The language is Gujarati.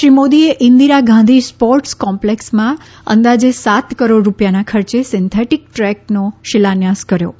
શ્રી મોદીએ ઇન્દિરા ગાંધી સ્પોર્ટસ કોમ્પ્લેક્સમાં અંદાજે સાત કરોડ રૂપિયાના ખર્ચે સિન્થેટીક ટ્રેકનો શિલાન્યાસ કર્યો હતો